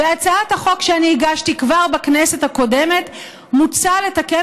בהצעת החוק שאני הגשתי כבר בכנסת הקודמת מוצע לתקן